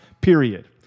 period